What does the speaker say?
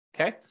okay